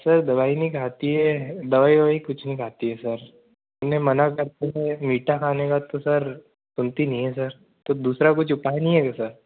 sir दवाई नहीं खाती है दवाई ववाई कुछ नहीं खाती है सर उन्हें मना करते हैं मीठा खाने का तो सर सुनती नहीं है सर तो दूसरा कुछ उपाय नहीं है क्या सर